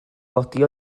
godi